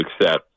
accept